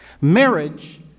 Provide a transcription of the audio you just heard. Marriage